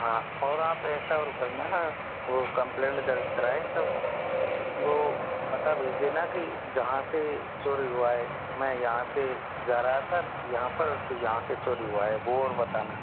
हाँ और आप ऐसा और करना वो कंप्लेंट दर्ज कराये तब वो पता भेज देना कि जहाँ से चोरी हुआ है में यहाँ से जा रहा था यहाँ पर तो यहाँ से चोरी हुआ है वो और बताना